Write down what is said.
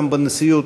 גם בנשיאות,